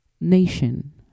nation